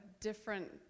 different